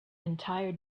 entire